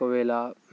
ఒకవేళ